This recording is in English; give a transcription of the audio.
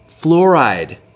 fluoride